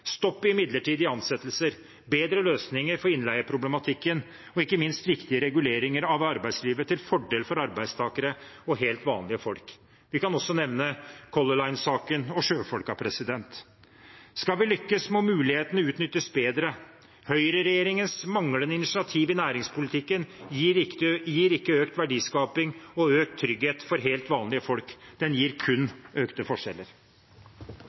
stopp i midlertidige ansettelser, bedre løsninger for innleieproblematikken og ikke minst viktige reguleringer av arbeidslivet til fordel for arbeidstakere og helt vanlige folk. Vi kan også nevne Color Line-saken og sjøfolkene. Skal vi lykkes, må mulighetene utnyttes bedre. Høyreregjeringens manglende initiativ i næringspolitikken gir ikke økt verdiskaping og økt trygghet for helt vanlige folk. Det gir kun økte